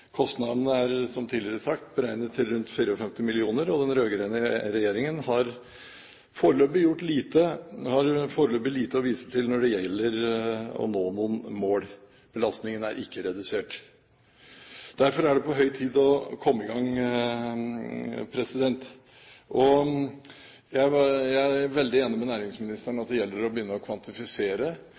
er svært tyngende. Kostnadene er, som tidligere sagt, beregnet til rundt 54 mill. kr, og den rød-grønne regjeringen har foreløpig gjort lite, har foreløpig lite å vise til når det gjelder å nå noen mål. Belastningen er ikke redusert. Derfor er det på høy tid å komme i gang. Jeg er veldig enig med næringsministeren i at det gjelder å begynne å kvantifisere